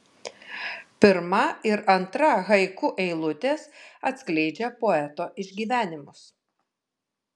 pirma ir antra haiku eilutės atskleidžia poeto išgyvenimus